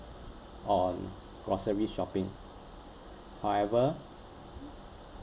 on grocery shopping however